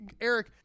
Eric